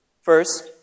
First